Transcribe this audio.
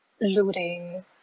looting